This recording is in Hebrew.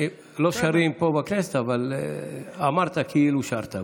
לא שרים פה בכנסת, אבל אמרת כאילו שרת.